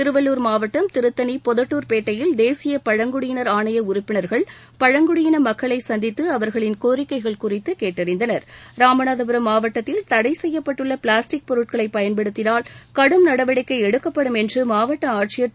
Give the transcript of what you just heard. திருவள்ளூர் மாவட்டம் திருத்தனி பொதட்டுர் பேட்டையில் தேசிய பழங்குடியினர் ஆணைய உறுப்பினர்கள் பழங்குடியின மக்களை சந்தித்து அவர்களின் கோரிக்கைகள் குறித்து கேட்டறிந்தனர் ராமநாதபுரம் மாவட்டத்தில் தடை செய்யப்பட்டுள்ள பிளாஸ்டிக் பொருட்களை பயன்படுத்தினால் கடும் நடவடிக்கை எடுக்கப்படும் என்று மாவட்ட ஆட்சியர் திரு வீரராகவ ராவ் எச்சரித்துள்ளாார்